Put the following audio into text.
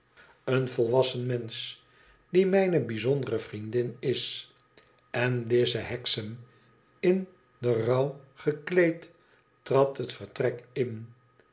een volwassen mensch die mijne bijzondere vriendin is en lize hexam in den rouw gekleed trad het vertrek in